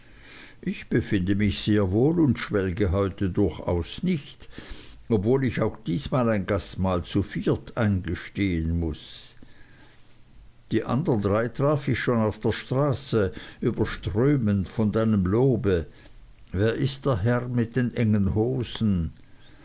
ich befinde mich sehr wohl und schwelge heute durchaus nicht obwohl ich auch diesmal ein gastmahl zu viert eingestehen muß die andern drei traf ich schon auf der straße überströmend von deinem lobe wer ist der herr mit den engen hosen